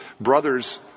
brother's